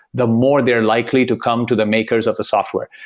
the more they are likely to come to the makers of the software.